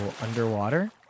underwater